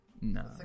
No